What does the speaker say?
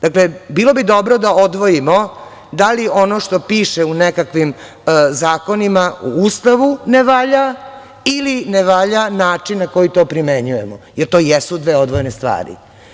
Dakle, bilo bi dobro da odvojimo da li ono što piše u nekakvim zakonima, u Ustavu ne valja ili ne valja način na koji to primenjujemo, jer to jesu dve odvojene stvari.